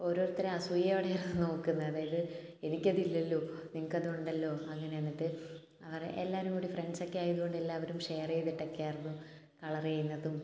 ഓരോരുത്തർ അസൂയയോടെ ആയിരുന്നു നോക്കുന്നത് അതായത് എനിക്കതില്ലല്ലോ നിനക്കതുണ്ടല്ലോ അങ്ങനെ എന്നിട്ട് അവർ എല്ലാവരും കൂടി ഫ്രണ്ട്സ് ഒക്കെ ആയതുകൊണ്ട് എല്ലാവരും ഷെയർ ചെയ്തിട്ടൊക്കെ ആയിരുന്നു കളർ ചെയ്യുന്നതും